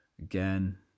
Again